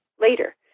later